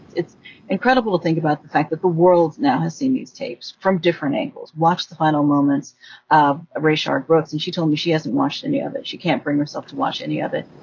it's incredible to think about the fact that the world now has seen these tapes from different angles, watched the final moments of rayshard brooks. and she told me she hasn't watched any of it. she can't bring herself to watch any of it.